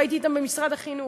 והייתי אתם במשרד החינוך,